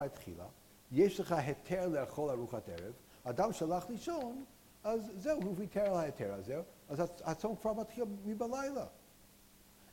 יש לך היתר לאכול ארוחת ערב, אדם שהלך לישון, אז זהו, הוא ויתר על ההיתר הזה, אז הצום כבר מתחיל מבלילה.